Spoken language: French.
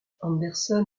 anderson